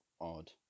odd